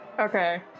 Okay